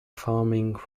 farming